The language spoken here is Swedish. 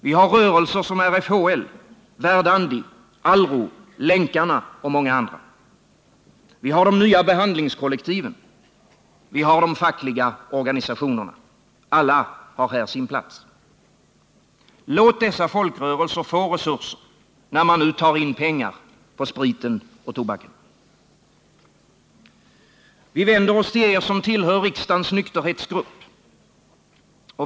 Vi har rörelser som RFHL, Verdandi, Alro, Länkarna och många andra. Vi har de nya behandlingskollektiven. Vi har de fackliga organisationerna. Alla har här sin plats. Låt dessa folkrörelser få resurser, när man nu tar in pengar på sprit och tobak. Vi vänder oss till er som tillhör riksdagens nykterhetsgrupp.